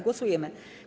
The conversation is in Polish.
Głosujemy.